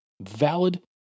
valid